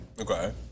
Okay